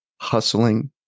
hustling